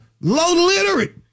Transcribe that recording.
low-literate